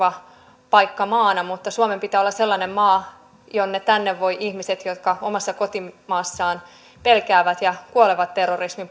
turvapaikkamaana mutta suomen pitää olla sellainen maa josta voivat ihmiset jotka omassa kotimaassaan pelkäävät ja kuolevat terrorismin